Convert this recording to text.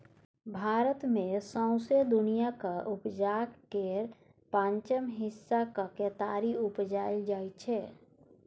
भारत मे सौंसे दुनियाँक उपजाक केर पाँचम हिस्साक केतारी उपजाएल जाइ छै